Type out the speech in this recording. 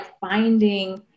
finding